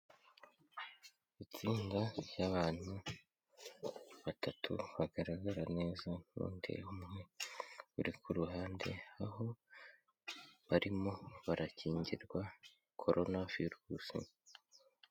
Itsinda ry'abantu batatu bagaragara neza n'undi umwe uri ku ruhande, aho barimo barakingirwa Korona Virus.